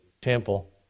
temple